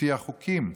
לפי החוקים,